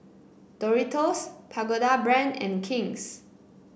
Doritos Pagoda Brand and King's